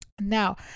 now